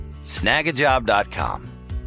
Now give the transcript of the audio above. Snagajob.com